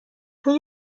های